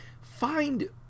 find